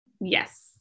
Yes